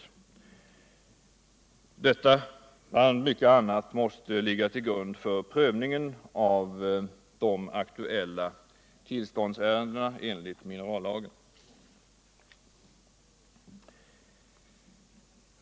Detta och annat måste ligga till grund för prövningen av de aktuella tillståndsärendena enligt minerallagen.